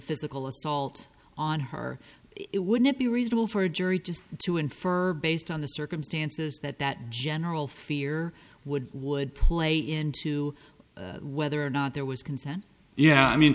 physical assault on her it would not be reasonable for a jury just to infer based on the circumstances that that general fear would would play into whether or not there was consent yeah i mean